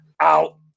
out